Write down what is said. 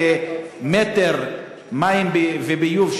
למ"ק מים וביוב,